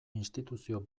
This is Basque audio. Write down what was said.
instituzio